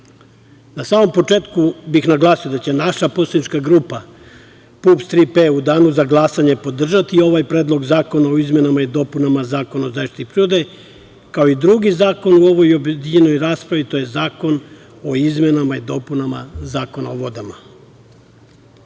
EU.Na samom početku bih naglasio da će naša poslanička grupa PUPS - „Tri P“ u danu za glasanje podržati ovaj Predlog zakona o izmenama i dopunama Zakona o zaštiti prirode, kao i drugi zakon u ovoj objedinjenoj raspravi, to je zakon o izmenama i dopunama Zakona o vodama.U